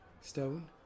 stone